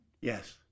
Yes